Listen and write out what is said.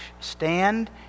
stand